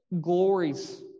glories